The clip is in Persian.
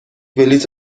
بلیط